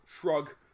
shrug